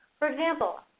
for example,